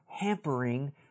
hampering